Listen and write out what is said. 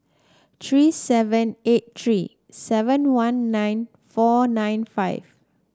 three seven eight three seven one nine four nine five